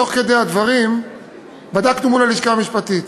תוך כדי הדברים בדקתי מול הלשכה המשפטית